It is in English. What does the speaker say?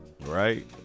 Right